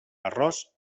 arròs